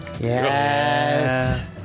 Yes